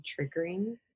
triggering